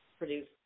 produce